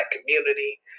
community